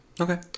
okay